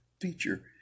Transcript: feature